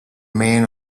men